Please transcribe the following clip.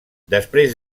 després